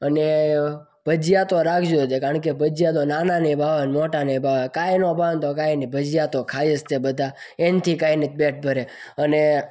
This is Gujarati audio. અને ભજીયા તો રાખજો જ કારણ કે ભજીયા તો નાનાનેય ભાવે ને અને મોટાનેય ભાવે કાંઈ ના ભાવે તો કાંઈ નઈ ભજીયા તો ખાય જ તે બધા એનાથી ખાઈને પેટ ભરે અને